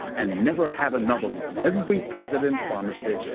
and never have another one. every president promised it.